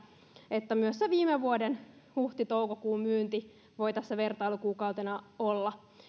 nyt myös viime vuoden huhti toukokuun myynti voi olla tässä vertailukuukautena ja että